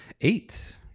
eight